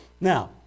Now